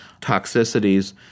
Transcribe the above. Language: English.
toxicities